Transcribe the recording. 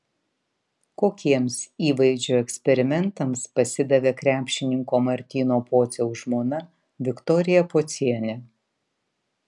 kokiems įvaizdžio eksperimentams pasidavė krepšininko martyno pociaus žmona viktorija pocienė